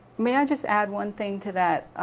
may i just add one thing to that?